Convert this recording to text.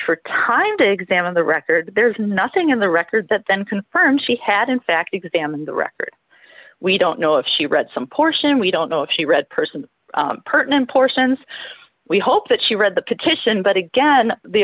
for time to examine the record there's nothing in the record that then confirmed she had in fact examined the record we don't know if she read some portion we don't know if she read personally pertinent portions we hope that she read the petition but again the